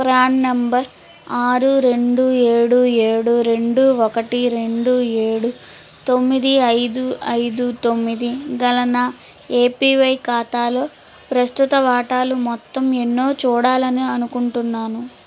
PRAN number ఆరు రెండు ఏడు ఏడు రెండు ఒకటి రెండు ఏడు తొమ్మిది ఐదు ఐదు తొమ్మిది గల నా ఎపివై ఖాతాలో ప్రస్తుత వాటాలు మొత్తం ఎన్నో చూడాలని అనుకుంటున్నాను